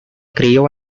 crió